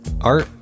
Art